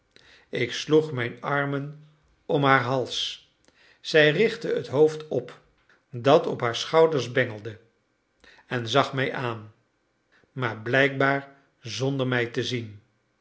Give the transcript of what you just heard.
ik sloeg mijn armen om haar hals zij richtte het hoofd op dat op haar schouders bengelde en zag mij aan maar blijkbaar zonder mij te zien